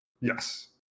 Yes